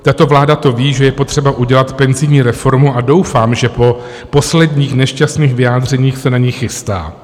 Tato vláda to ví, že je potřeba udělat penzijní reformu, a doufám, že po posledních nešťastných vyjádřeních se na ni chystá.